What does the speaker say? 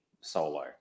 solo